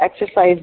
exercise